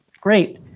Great